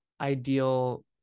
ideal